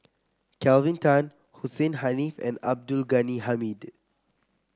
Kelvin Tan Hussein Haniff and Abdul Ghani Hamid